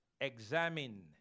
Examine